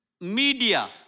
media